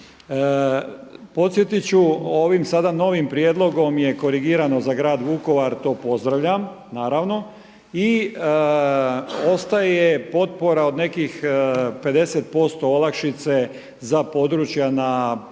Podsjetit ću ovim sada novim prijedlogom je korigirano za grad Vukovar to pozdravljam naravno i ostaje potpora od nekih 50% olakšice za područja na u